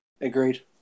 Agreed